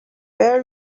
very